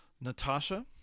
Natasha